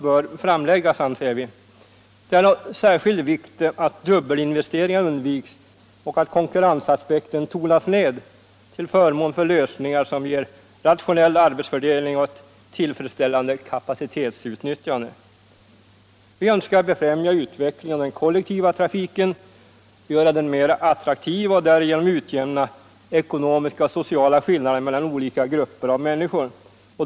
Det är av särskild vikt att dubbelinvesteringar undviks och att konkurrensaspekten tonas ned till förmån för lösningar som ger rationell arbetsfördelning och ett tillfredsställande kapacitetsutnyttjande. Vi önskar befrämja utvecklingen av den kollektiva trafiken, göra den mera attraktiv och därigenom utjämna ekonomiska och sociala skillnader mellan olika grupper av människor.